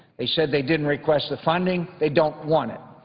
they said they didn't request the funding, they don't want it.